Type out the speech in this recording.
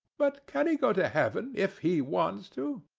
but can he go to heaven if he wants to?